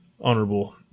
honorable